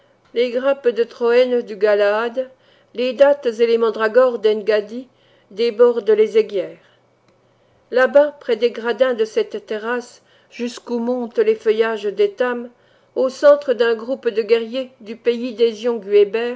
les grappes de troène du galaad les dattes et les mandragores den gaddi débordent les aiguières là-bas près des gradins de cette terrasse jusqu'où montent les feuillages d'étham au centre d'un groupe de guerriers du pays dézion güéber